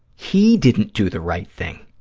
he didn't do the right thing.